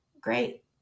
Great